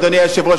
אדוני היושב-ראש,